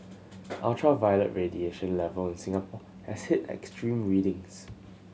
ultraviolet radiation level in Singapore has hit extreme readings